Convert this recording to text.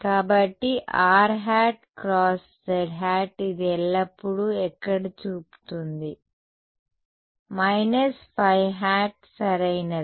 కాబట్టి rˆ × zˆ ఇది ఎల్లప్పుడూ ఎక్కడ చూపుతుంది −ϕ సరియైనదా